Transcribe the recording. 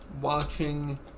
watching